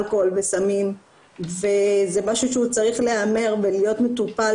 אנחנו צריכים להתמודד, למנוע ולהקטין